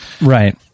Right